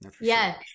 Yes